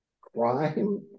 crime